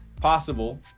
possible